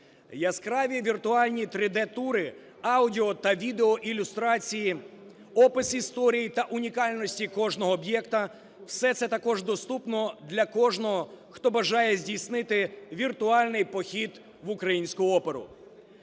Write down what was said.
Яскраві віртуальні 3D-тури,аудіо- та відеоілюстрації, опис історії та унікальності кожного об'єкта – все це також доступно для кожного, хто бажає здійснити віртуальний похід в українську оперу.